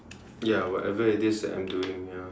ya whatever it is that I am doing ya